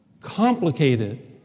complicated